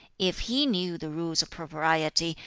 if he knew the rules of propriety,